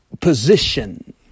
position